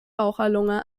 raucherlunge